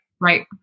Right